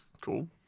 cool